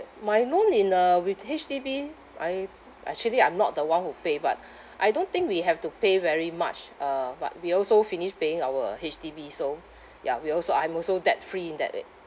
my loan in uh with H_D_B I actually I'm not the one who pay but I don't think we have to pay very much uh but we also finished paying our H_D_B so ya we also I'm also debt free in that way